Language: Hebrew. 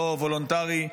לא וולונטרי,